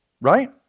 right